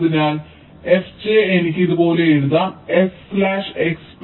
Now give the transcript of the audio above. അതിനാൽ fj എനിക്ക് ഇത് പോലെ എഴുതാം s x s y